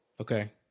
Okay